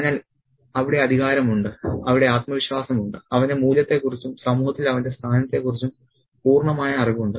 അതിനാൽ അവിടെ അധികാരം ഉണ്ട് അവിടെ ആത്മവിശ്വാസമുണ്ട് അവന്റെ മൂല്യത്തെ കുറിച്ചും സമൂഹത്തിൽ അവന്റെ സ്ഥാനത്തെ കുറിച്ചും പൂർണ്ണമായ അറിവുണ്ട്